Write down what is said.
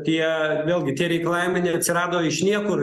tie vėlgi tie reikalavimai neatsirado iš niekur